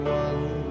one